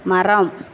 மரம்